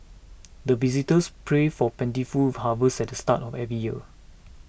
the visitors pray for plentiful harvest at the start of every year